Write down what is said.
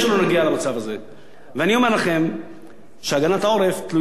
אני אומר לכם שהגנת העורף תלויה לא במינוי פלוני או אלמוני.